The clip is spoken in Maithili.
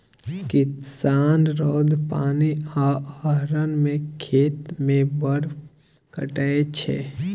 किसान रौद, पानि आ अन्हर मे खेत मे बड़ खटय छै